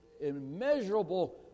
immeasurable